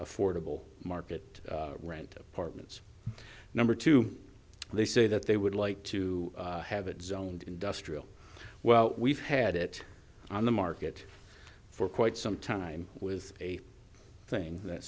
affordable market rent apartments number two they say that they would like to have it zoned industrial well we've had it on the market for quite some time with a thing that